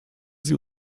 sie